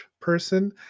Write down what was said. person